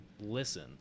listen